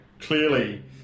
clearly